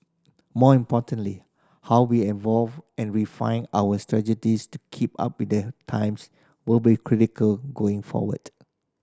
more importantly how we evolve and refine our strategies to keep up with the times will be critical going forward